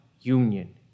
union